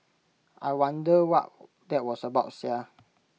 I wonder what that was about Sia